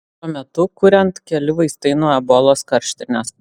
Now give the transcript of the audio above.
šiuo metu kuriant keli vaistai nuo ebolos karštinės